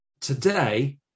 Today